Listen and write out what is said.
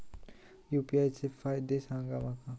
UPI चे फायदे सांगा माका?